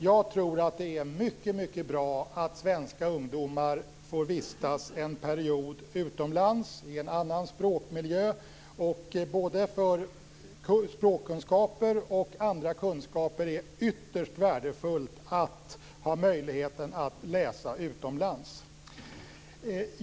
Jag tror att det är mycket bra att svenska ungdomar får vistas en period utomlands, i en annan språkmiljö. Med tanke på både språkkunskaper och andra kunskaper är det ytterst värdefullt att man har möjligheten att läsa utomlands.